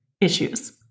issues